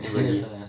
oh really